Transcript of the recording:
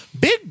Big